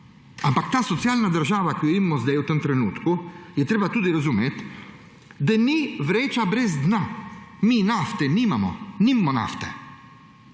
Ampak ta socialna država, ki jo imamo v tem trenutku, je treba tudi razumeti, da ni vreča brez dna. Mi nafte nimamo, nimamo nafte.